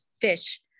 fish